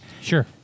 Sure